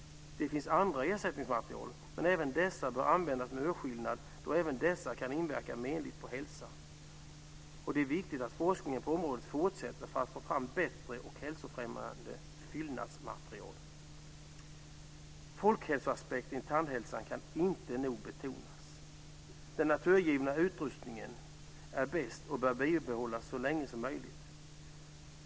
Det finns andra ersättningsmaterial, men de bör användas med urskiljning eftersom även dessa kan inverka menligt på hälsan. Det är viktigt att forskningen på området fortsätter, så att vi får fram bättre och mer hälsofrämjande fyllnadsmaterial. Folkhälsoaspekten i tandhälsan kan inte nog betonas. Den naturgivna utrustningen är bäst och bör bibehållas så länge som möjligt.